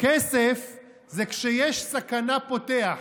כס"ף זה כשיש סכנה פותח,